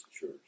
church